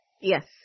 Yes